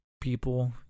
people